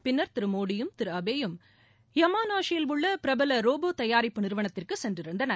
பின்னர் திரு மோடியும் திரு அபேயும் யமாநாஷியில் உள்ள பிரபல ரோபோ தயாரிப்பு நிறுவனத்திற்கு சென்றிருந்தனர்